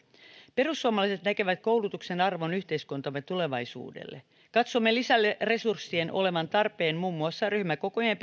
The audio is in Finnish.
perussuomalaiset näkevät koulutuksen arvon yhteiskuntamme tulevaisuudelle katsomme lisäresurssien olevan tarpeen muun muassa ryhmäkokojen